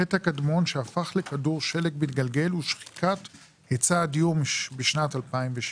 שהחטא הקדמון שהפך לכדור שלג מתגלגל הוא שחיקת היצע הדיור בשנת 2007,